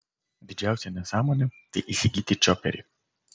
didžiausia nesąmonė tai įsigyti čioperį